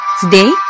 Today